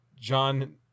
john